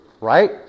right